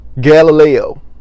Galileo